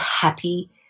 happy